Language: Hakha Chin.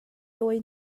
dawi